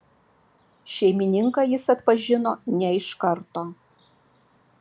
šeimininką jis atpažino ne iš karto